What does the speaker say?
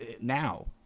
Now